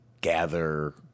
gather